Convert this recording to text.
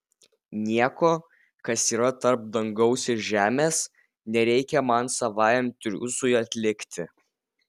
nieko kas yra tarp dangaus ir žemės nereikia man savajam triūsui atlikti